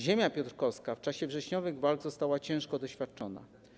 Ziemia piotrkowska w czasie wrześniowych walk została ciężko doświadczona.